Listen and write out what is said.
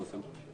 השמות.